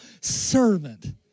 servant